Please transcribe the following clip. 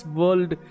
world